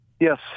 Yes